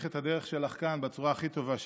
את הדרך שלך כאן בצורה הכי טובה שאפשר.